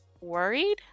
worried